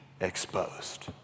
exposed